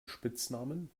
spitznamen